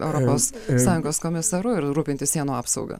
europos sąjungos komisaru ir rūpintis sienų apsauga